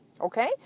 Okay